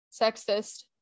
sexist